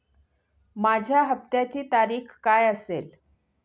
माझ्या हप्त्याची तारीख काय असेल?